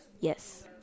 Yes